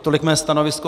Tolik mé stanovisko.